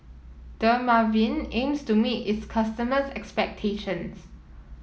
Dermaveen aims to meet its customers' expectations